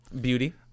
beauty